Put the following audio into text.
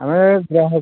ଆମେ ଗ୍ରାହକ